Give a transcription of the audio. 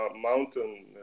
mountain